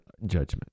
judgment